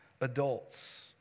adults